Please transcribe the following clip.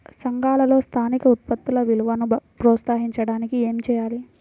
సంఘాలలో స్థానిక ఉత్పత్తుల విలువను ప్రోత్సహించడానికి ఏమి చేయాలి?